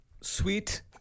sweet